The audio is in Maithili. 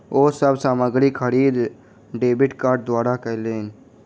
ओ सब सामग्री खरीद डेबिट कार्ड द्वारा कयलैन